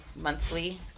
monthly